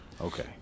Okay